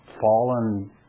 fallen